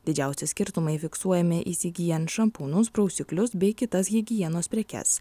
didžiausi skirtumai fiksuojami įsigyjant šampūnus prausiklius bei kitas higienos prekes